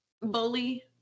Bully